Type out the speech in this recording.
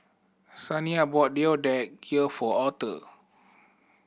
Saniya bought Deodeok Gui for Author